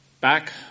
Back